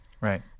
Right